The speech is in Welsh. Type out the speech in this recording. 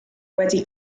wedi